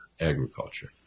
agriculture